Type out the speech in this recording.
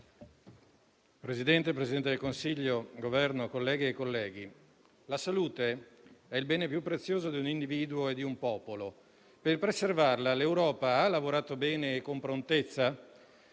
Signor Presidente del Consiglio, rappresentanti del Governo, colleghe e colleghi, la salute è il bene più prezioso di un individuo e di un popolo. Per preservarla, l'Europa ha lavorato bene e con prontezza?